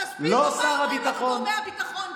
תסביר לו מה אומרים לנו גורמי הביטחון.